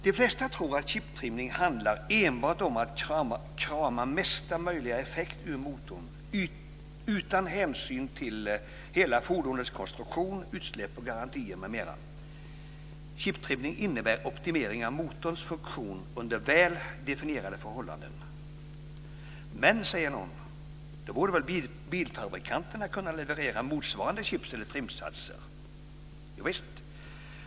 De flesta tror att chiptrimning handlar enbart om att krama mesta möjliga effekt ur motorn utan hänsyn till hela fordonets konstruktion, utsläpp och garantier m.m. Chiptrimning innebär optimering av motorns funktion under väl definierade förhållanden. Men, säger någon, då borde väl bilfabrikanterna kunna leverera motsvarande chips eller trimsatser? Jo visst.